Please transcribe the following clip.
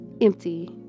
empty